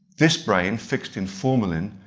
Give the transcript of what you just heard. this brain, fixed in formalin,